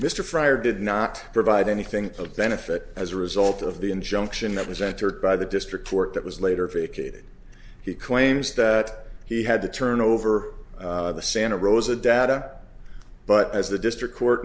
mr fryer did not provide anything of benefit as a result of the injunction that was entered by the district court that was later vacated he claims that he had to turn over the santa rosa data but as the district court